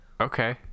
Okay